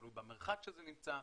תלוי במרחק שזה נמצא.